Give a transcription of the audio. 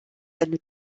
eine